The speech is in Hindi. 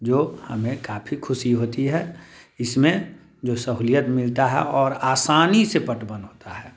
जो हमें काफ़ी खुशी होती है इसमें जो सहुलियत मिलता है और आसानी से पटबन होता है